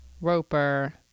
roper